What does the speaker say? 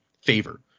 favor